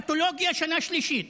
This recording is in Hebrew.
פתולוגיה שנה שלישית.